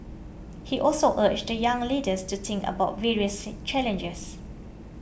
he also urged the young leaders to think about various challenges